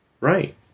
right